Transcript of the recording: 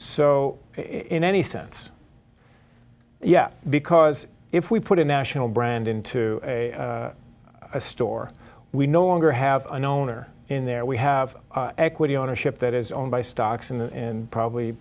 so in any sense yeah because if we put a national brand into a store we no longer have an owner in there we have equity ownership that is owned by stocks in probably